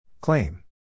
claim